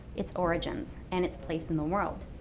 its origins, and its place in the world.